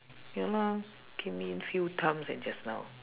ya lah came in few times eh just now